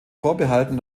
vorbehalten